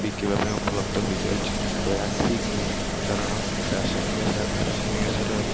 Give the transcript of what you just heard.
ବିକିବା ପାଇଁ ଉପଲବ୍ଧ ହେଇଯାଉଛି ଏହା ଠିକ୍ ନୁହେଁ କାରଣ ରାସାୟନିକ ରାସାୟନିକ ସାର